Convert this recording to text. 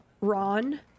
Ron